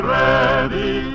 ready